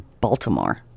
Baltimore